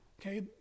okay